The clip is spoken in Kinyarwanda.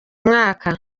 mwaka